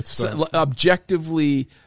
objectively